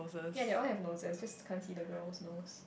ya they all have noses just can't see the girl's nose